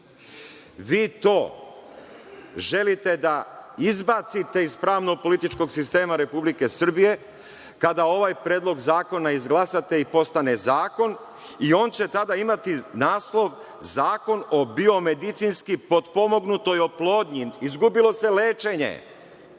Vi to želite da izbacite iz pravno-političkog sistema Republike Srbije kada ovaj predlog zakona izglasate i postane zakon i on će tada imati naslov – Zakon o biomedicinski potpomognutoj oplodnji. Izgubilo se lečenje,